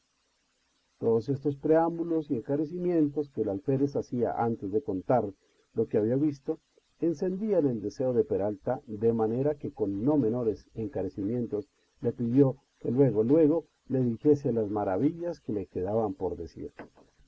todos estos preámbulos y encarecimientos que el alférez hacía antes de contar lo que había visto encendían el deseo de peralta de manera que con no menores encarecimientos le pidió que lueg o luego le dijese las maravillas que le quedaban por decir